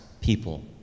people